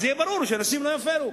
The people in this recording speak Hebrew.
אז יהיה ברור שאנשים לא יפירו.